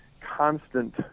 constant